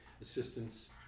assistance